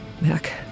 Mac